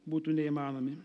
būtų neįmanomi